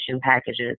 packages